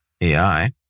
AI